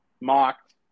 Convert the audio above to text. mocked